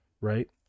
right